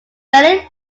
barely